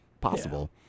possible